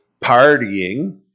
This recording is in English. partying